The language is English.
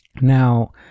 Now